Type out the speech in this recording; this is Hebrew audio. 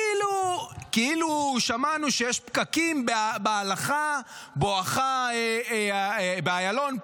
כאילו שמענו שיש פקקים בהלכה בואכה איילון,